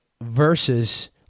versus